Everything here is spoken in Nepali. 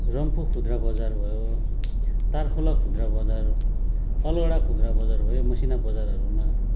रम्फू खुद्रा बजार भयो तारखोला खुद्रा बजार अलगडा खुद्रा बजार भयो मसिना बजारहरूमा